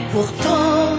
Pourtant